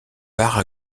part